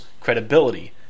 credibility